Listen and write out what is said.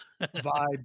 vibe